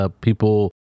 People